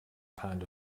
pound